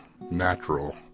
natural